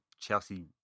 Chelsea